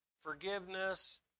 forgiveness